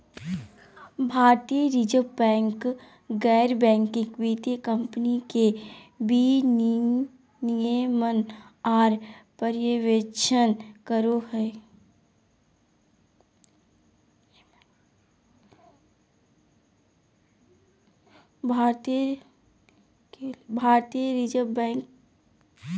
भारतीय reserve bank गैर banking वित्तीय कम्पनी के विनियमन आर पर्यवेक्षण करो हय